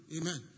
Amen